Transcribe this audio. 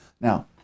Now